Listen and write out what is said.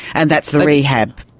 and that's the rehab.